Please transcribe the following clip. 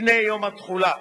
לפני יום התחולה.